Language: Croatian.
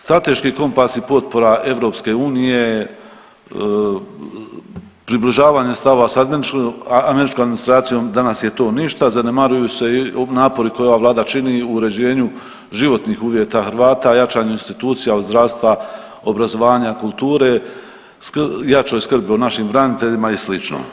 Strateški kompas i potpora EU približavanja stava ... američkom administracijom danas je to ništa, zanemaruju se napori koje ova Vlada čini u uređenju životnih uvjeta Hrvata, jačanju institucija, od zdravstva, obrazovanja, kulture, jačoj skrbi o našim braniteljima i sl.